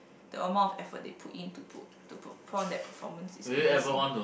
the amount of effort they put in to put to put put on that performance is amazing